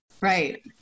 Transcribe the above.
Right